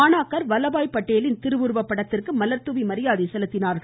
மாணாக்கர் வல்லபாய் படேலின் திருவுருவ படத்திற்கு மலர்தூவி மரியாதை செலுத்தின்